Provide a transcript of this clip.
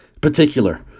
particular